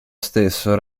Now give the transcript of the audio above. stesso